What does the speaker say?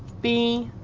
b,